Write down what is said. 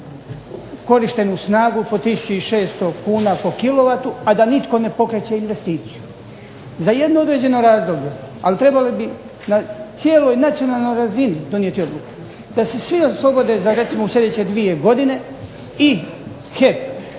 korištenu snagu po 1600 kn po kilovatu a da nitko ne pokreće investiciju. Za jedno određeno razdoblje, ali trebalo bi na cijeloj nacionalnoj razini donijeti odluku, da se svi oslobode za recimo u sljedeće dvije godine i HEP